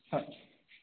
হয়